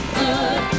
good